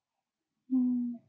mm